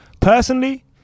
personally